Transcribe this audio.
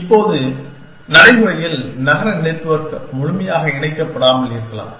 இப்போது நடைமுறையில் நகர நெட்வொர்க் முழுமையாக இணைக்கப்படாமல் இருக்கலாம்